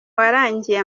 warangiye